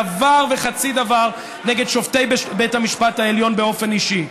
אין דבר וחצי דבר נגד שופטי בית המשפט העליון באופן אישי.